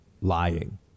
lying